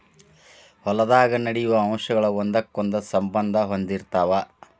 ಹೊಲದಾಗ ನಡೆಯು ಅಂಶಗಳ ಒಂದಕ್ಕೊಂದ ಸಂಬಂದಾ ಹೊಂದಿರತಾವ